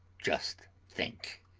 just think.